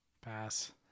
Pass